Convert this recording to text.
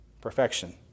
perfection